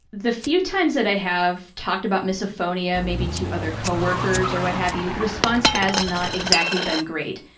the few times that i have talked about misophonia maybe to other co-workers or what have you, the response has not exactly been great,